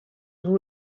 using